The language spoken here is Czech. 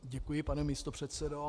Děkuji, pane místopředsedo.